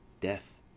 death